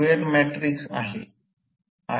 हे E2 2 हे एक आहे जेथून E2 मिळेल